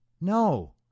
No